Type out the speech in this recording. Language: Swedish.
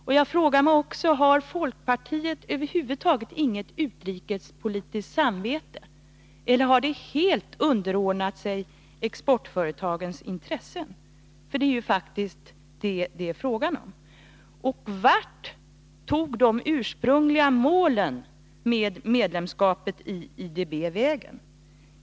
Och jag vill också ställa frågan: Har folkpartiet över huvud taget inget utrikespolitiskt samvete, eller har det helt underordnat sig exportföretagens intressen? Det är faktiskt vad det är fråga om. Vart tog de ursprungliga målen med medlemskapet i IDB vägen?